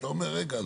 אתה אומר: רגע,